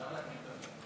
אפשר לקרוא?